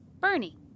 Bernie